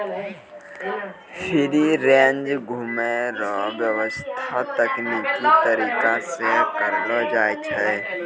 free range घुमै रो व्याबस्था तकनिकी तरीका से करलो जाय छै